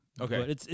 Okay